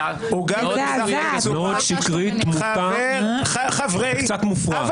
מאוד שקרית, מוטה וקצת מופרעת.